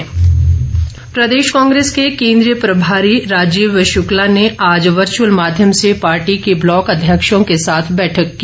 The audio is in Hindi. कांग्रेस प्रदेश कांग्रेस के केन्द्रीय प्रभारी राजीव शुक्ला ने आज वर्च्रअल माध्यम से पार्टी के ब्लॉक अध्यक्षों के साथ बैठक की